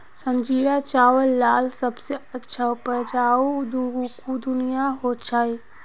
संजीरा चावल लार सबसे अच्छा उपजाऊ कुनियाँ होचए?